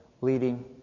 leading